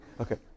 Okay